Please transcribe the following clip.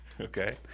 Okay